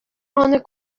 аны